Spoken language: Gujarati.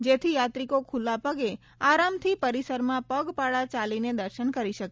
જેથી યાત્રિકો ખુલ્લા પગે આરામથી પરિસરમાં પગપાળા ચાલીને દર્શન કરી શકે